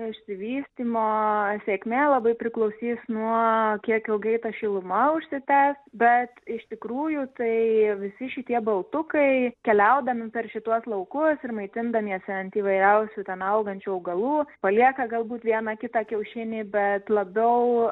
išsivystymo sėkmė labai priklausys nuo kiek ilgai ta šiluma užsitęs bet iš tikrųjų tai visi šitie baltukai keliaudami per šituos laukus ir maitindamiesi ant įvairiausių ten augančių augalų palieka galbūt vieną kitą kiaušinį bet labiau